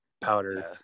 powder